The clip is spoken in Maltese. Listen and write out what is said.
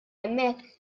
hemmhekk